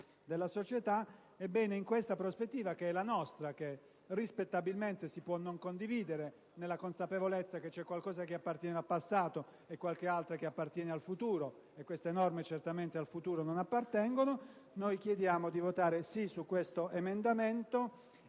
della società. Ebbene, in questa prospettiva, che è la nostra e che, rispettabilmente, si può non condividere, nella consapevolezza che c'è qualcosa che appartiene al passato e qualcosa che appartiene al futuro (e queste norme certamente al futuro non appartengono), noi chiediamo di votare «si» su questo emendamento